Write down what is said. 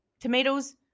tomatoes